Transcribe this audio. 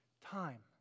time